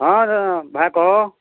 ହଁ ଦାଦା ଭାଇ କହ